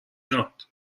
یاد